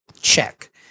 Check